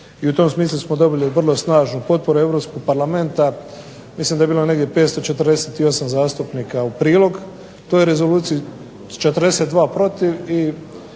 i u tom smislu smo dobili snažnu potporu Europskog parlamenta. Mislim da je bilo negdje 548 zastupnika u prilog toj rezoluciji, 42 protiv,